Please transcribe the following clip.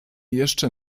jeszcze